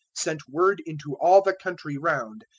sent word into all the country round.